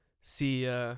see